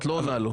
את לא עונה לו.